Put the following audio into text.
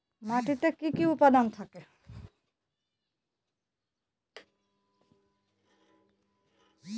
মাটিতে কি কি উপাদান থাকে?